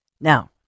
Now